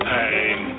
Pain